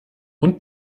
und